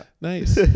Nice